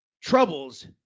troubles